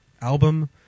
album